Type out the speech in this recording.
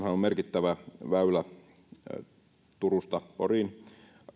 on merkittävä väylä turusta poriin